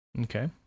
Okay